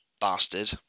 bastard